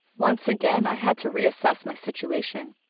once again i had to reassess my situation.